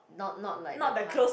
not not like the card